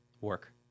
Work